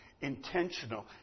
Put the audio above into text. intentional